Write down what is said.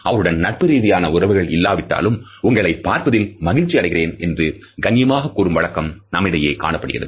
அவருடன் நட்பு ரீதியான உறவு இல்லாவிட்டாலும் உங்களை பார்ப்பதில் மகிழ்ச்சி அடைகிறேன் என்று கண்ணியமாக கூறும் வழக்கம் நம்மிடம் காணப்படுகிறது